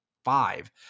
five